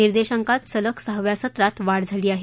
निर्देशांकात सलग सहाव्या सत्रात वाढ झाली आहे